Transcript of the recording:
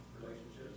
Relationships